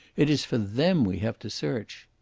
it is for them we have to search.